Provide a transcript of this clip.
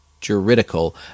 juridical